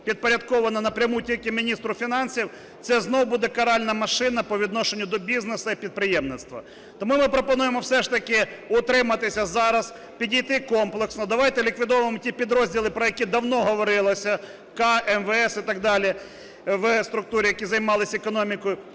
підпорядкована напряму тільки міністру фінансів, це знов буде каральна машина по відношенню до бізнесу і підприємництва. Тому ми пропонуємо все ж таки утриматися зараз, підійти комплексно. Давайте ліквідовуємо ті підрозділи, про які давно говорилося "К", МВС і так далі, в структурі, які займалися економікою,